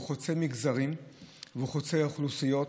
והוא חוצה מגזרים והוא חוצה אוכלוסיות,